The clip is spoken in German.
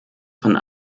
von